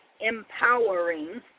empowering